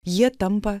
jie tampa